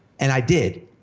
and i did,